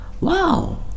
Wow